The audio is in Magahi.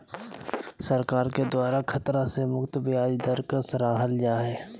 सरकार के द्वारा खतरा से मुक्त ब्याज दर के सराहल जा हइ